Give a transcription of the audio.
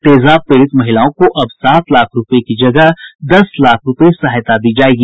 तेजाब पीड़ित महिलाओं को अब सात लाख रूपये की जगह दस लाख रूपये सहायता दी जायेगी